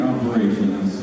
Operations